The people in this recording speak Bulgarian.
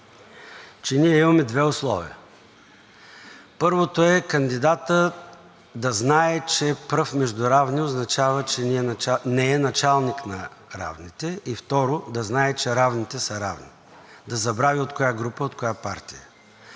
че ние имаме две условия. Първото е кандидатът да знае, че пръв между равни означава, че не е началник на равните. Второ, да знае, че равните са равни. Да забрави от коя група, от коя партия е,